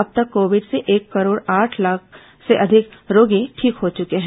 अब तक कोविड से एक करोड़ आठ लाख से अधिक रोगी ठीक हो चुके हैं